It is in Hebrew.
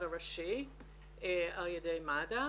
המשרד הראשי על ידי מד"א.